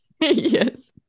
yes